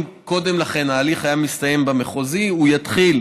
אם קודם לכן ההליך היה מסתיים במחוזי, הוא יתחיל